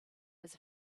was